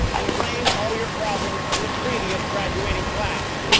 and blame all your problems on the previous graduating class.